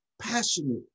passionate